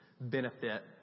benefit